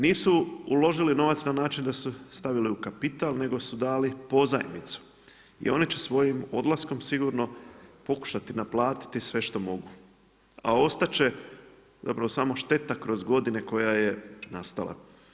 Nisu uložili novac na način da su stavili u kapital, nego su dali pozajmicu i oni će svojim odlaskom sigurno pokušati naplatiti sve što mogu, a ostati će zapravo samo šteta kroz godine koja je nastala.